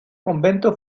convento